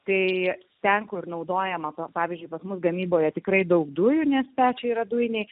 tai ten kur naudojama pavyzdžiui bet mūsų gamyboje tikrai daug dujų nes pečiai yra dujiniai